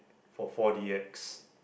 for four D_X